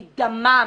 מדמם,